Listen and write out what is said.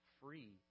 free